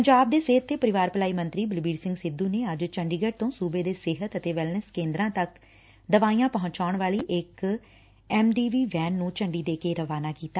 ਪੰਜਾਬ ਦੇ ਸਿਹਤ ਤੇ ਪਰਿਵਾਰ ਭਲਾਈ ਮੰਤਰੀ ਬਲਬੀਰ ਸਿੰਘ ਸਿੱਧੂ ਨੇ ਅੱਜ ਚੰਡੀਗੜ੍ਤ ਤੋ ਸੂਬੇ ਦੇ ਸਿਹਤ ਅਤੇ ਵੈਲਨੈਸ ਕੇ'ਦਰਾਂ ਤੱਕ ਦਵਾਈਆਂ ਪਹੁੰਚਾਣ ਵਾਲੀ ਇਕ ਐਮ ਡੀ ਵੀ ਵੈਨ ਨੂੰ ਝੰਡੀ ਦੇ ਕੇ ਰਵਾਨਾ ਕੀਤਾ